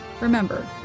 remember